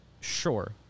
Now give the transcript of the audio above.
sure